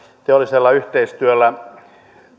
teollisella yhteistyöllä